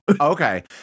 Okay